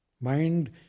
Mind